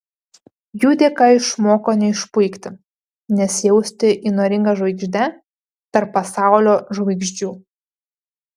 jų dėka išmoko neišpuikti nesijausti įnoringa žvaigžde tarp pasaulio žvaigždžių